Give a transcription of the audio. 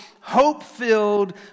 hope-filled